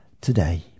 today